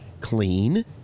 clean